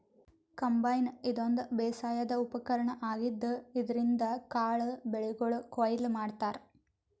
combine ಇದೊಂದ್ ಬೇಸಾಯದ್ ಉಪಕರ್ಣ್ ಆಗಿದ್ದ್ ಇದ್ರಿನ್ದ್ ಕಾಳ್ ಬೆಳಿಗೊಳ್ ಕೊಯ್ಲಿ ಮಾಡ್ತಾರಾ